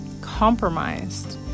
compromised